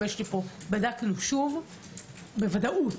בדקנו שוב בוודאות.